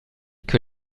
que